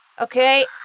Okay